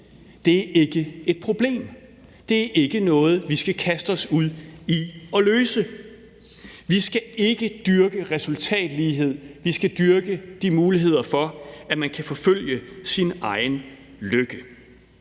Det er ikke et problem. Det er ikke noget, vi skal kaste os ud i at løse. Vi skal ikke dyrke resultatlighed; vi skal dyrke mulighederne for, at man kan forfølge sin egen lykke.